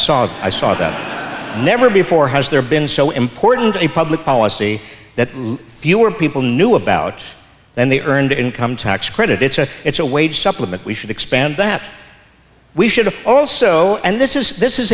saw i saw that never before has there been so important a public policy that fewer people knew about than the earned income tax credit it's a it's a wage supplement we should expand that we should also and this is this is